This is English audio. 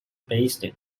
based